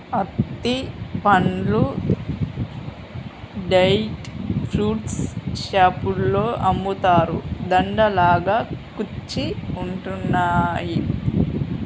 అత్తి పండ్లు dry fruits షాపులో అమ్ముతారు, దండ లాగా కుచ్చి ఉంటున్నాయి